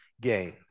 gain